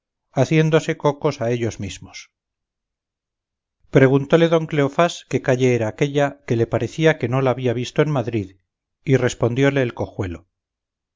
haciéndose cocos a ellos mismos preguntóle don cleofás qué calle era aquélla que le parecía que no la había visto en madrid y respondióle el cojuelo